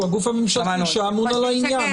שהוא הגוף הממשלתי שאמון על העניין,